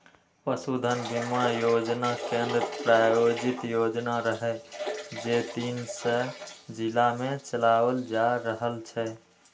पशुधन बीमा योजना केंद्र प्रायोजित योजना रहै, जे तीन सय जिला मे चलाओल जा रहल छै